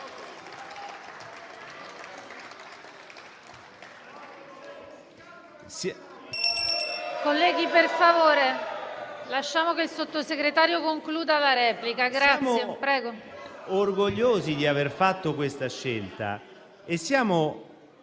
Siamo orgogliosi di aver fatto questa scelta. In molti